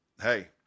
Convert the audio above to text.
hey